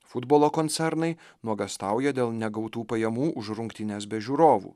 futbolo koncernai nuogąstauja dėl negautų pajamų už rungtynes be žiūrovų